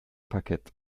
parkett